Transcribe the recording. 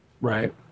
Right